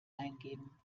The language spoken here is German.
eingeben